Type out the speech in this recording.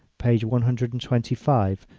page one hundred and twenty five,